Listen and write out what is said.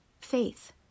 faith